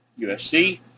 UFC